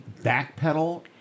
backpedal